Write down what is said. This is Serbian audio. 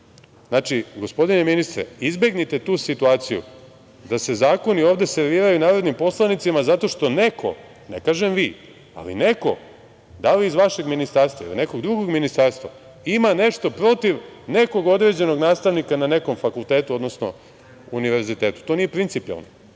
čoveka. Znači, gospodine ministre izbegnite tu situaciju da se zakoni ovde serviraju narodnim poslanicima zato što neko, ne kažem vi, ali neko da li iz vašeg Ministarstva, ili nekog drugog ministarstva, ima nešto protiv nekog određenog nastavnika na nekom fakultetu, odnosno univerzitetu. To nije principijelno